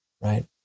right